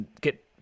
get